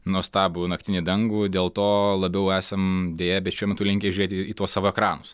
nuostabų naktinį dangų dėl to labiau esam deja bet šiuo metu linkę žiūrėti į tuos savo ekranus